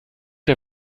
der